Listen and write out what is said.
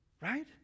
Right